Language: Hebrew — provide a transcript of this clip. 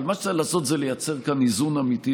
אבל מה שצריך לעשות זה לייצר כאן איזון אמיתי,